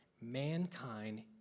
mankind